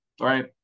right